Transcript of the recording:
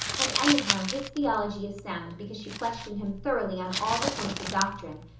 and anyhow his theology is sound because she questioned him thoroughly on all the points of doctrine.